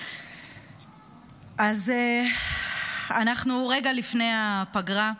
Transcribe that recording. אז אנחנו רגע לפני הפגרה.